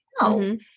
No